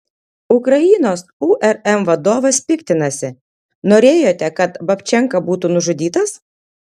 ukrainos urm vadovas piktinasi norėjote kad babčenka būtų nužudytas